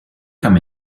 come